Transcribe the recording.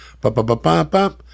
ba-ba-ba-ba-ba